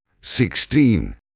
sixteen